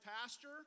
pastor